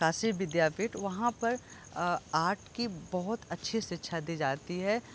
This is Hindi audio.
काशी विद्यापीठ वहाँ पर आर्ट की बहुत अच्छी शिक्षा दी जाती है